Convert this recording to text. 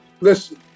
Listen